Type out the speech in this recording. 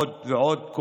עוד ועוד,